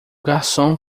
garçom